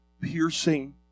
Piercing